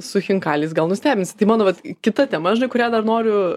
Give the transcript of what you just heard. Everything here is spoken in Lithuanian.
su chinkaliais gal nustebinsi tai mano vat kita tema žinai kuria dar noriu